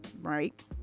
right